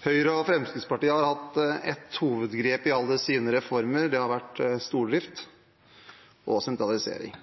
Høyre og Fremskrittspartiet har hatt et hovedgrep i alle sine reformer, og det har vært stordrift og sentralisering.